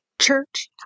church